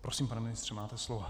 Prosím, pane ministře, máte slovo.